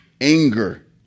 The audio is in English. Anger